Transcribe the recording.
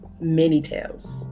mini-tales